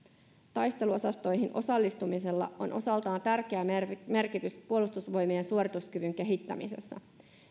taisteluosastoihin osallistumisella on osaltaan tärkeä merkitys merkitys puolustusvoimien suorituskyvyn kehittämisessä